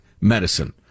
medicine